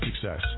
success